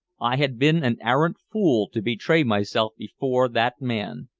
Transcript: i had been an arrant fool to betray myself before that man.